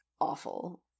awful